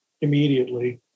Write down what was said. immediately